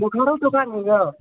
बोखारो तोखाड़ होइए